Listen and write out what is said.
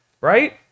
right